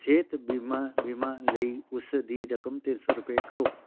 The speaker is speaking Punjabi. ਸਿਹਤ ਬੀਮਾ ਬੀਮਾ ਲਈ ਉਸ ਦੀ ਰਕਮ ਤਿੰਨ ਸੌ ਰੁਪਏ ਕਰੋ